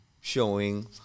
showing